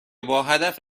باهدف